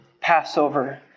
Passover